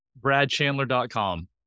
Bradchandler.com